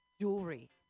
jewelry